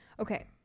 okay